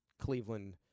Cleveland